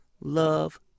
Love